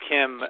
Kim